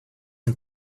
and